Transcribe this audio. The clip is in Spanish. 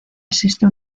existe